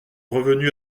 revenue